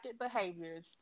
behaviors